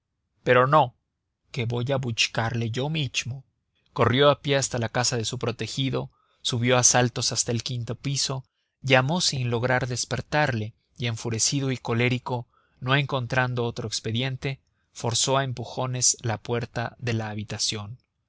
pero no que voy a buchcarle yo michmo corrió a pie hasta la casa de su protegido subió a saltos hasta el quinto piso llamó sin lograr despertarle y enfurecido y colérico no encontrando otro expediente forzó a empujones la puerta de la habitación